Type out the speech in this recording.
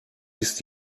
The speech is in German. ist